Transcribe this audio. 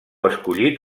escollit